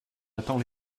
attend